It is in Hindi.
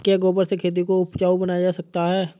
क्या गोबर से खेती को उपजाउ बनाया जा सकता है?